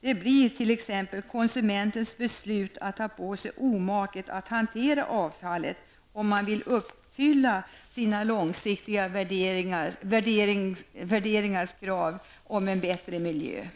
Det blir t.ex. konsumentens beslut att ta på sig omaket att hantera avfallet, om man vill uppfylla sina långsiktiga värderingars krav om en bättre miljö.